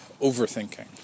overthinking